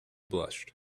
blushed